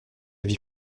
vie